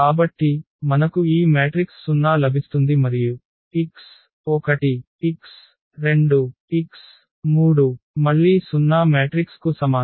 కాబట్టి మనకు ఈ మ్యాట్రిక్స్ 0 లభిస్తుంది మరియు x1 x2 x3 మళ్ళీ 0 మ్యాట్రిక్స్ కు సమానం